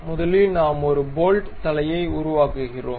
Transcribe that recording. முதலில் நாம் ஒரு போல்ட் தலையை உருவாக்குகிறோம்